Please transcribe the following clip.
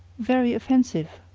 very offensive,